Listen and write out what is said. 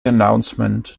announcement